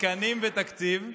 תקנים ותקציב.